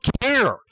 care